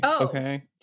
Okay